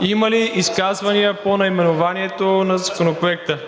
Има ли изказвания по наименованието на Законопроекта?